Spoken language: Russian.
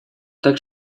так